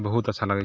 बहुत अच्छा लगै